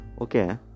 okay